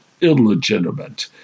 illegitimate